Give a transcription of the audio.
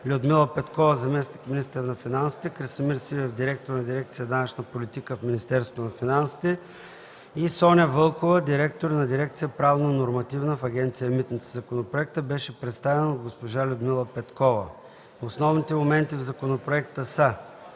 Людмила Петкова – заместник-министър на финансите; Красимир Сивев – директор на дирекция „Данъчна политика” в Министерството на финансите, Соня Вълкова – директор на дирекция „Правно-нормативна” в Агенция „Митници”. Законопроектът беше представен от госпожа Людмила Петкова. Основните моменти в законопроекта са: